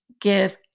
give